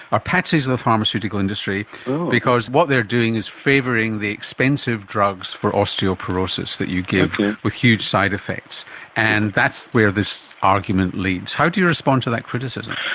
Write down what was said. are patsies of the pharmaceutical industry because what they are doing is favouring the expensive drugs for osteoporosis that you give with huge side-effects, and that's where this argument leads. how do you respond to that criticism?